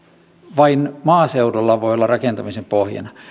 vain maaseudulla voi olla rakentamisen pohjana